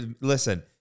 Listen